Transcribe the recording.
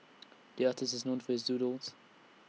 the artist is known for his doodles